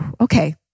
okay